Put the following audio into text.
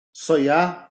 soia